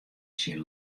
syn